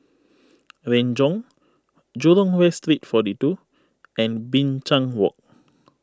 Renjong Jurong West Street forty two and Binchang Walk